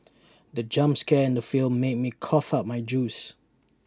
the jump scare in the film made me cough out my juice